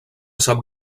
sap